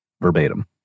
verbatim